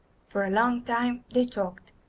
for a long time they talked,